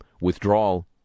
withdrawal